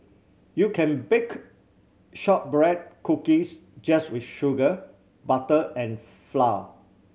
you can bake shortbread cookies just with sugar butter and flour